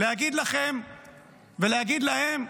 להגיד להם: